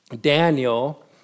Daniel